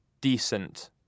decent